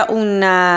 una